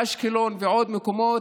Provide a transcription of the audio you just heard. אשקלון ועוד מקומות,